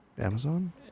Amazon